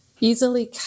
easily